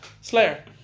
Slayer